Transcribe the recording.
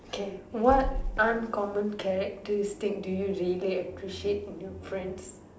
okay what uncommon characteristics do you really appreciate in your friends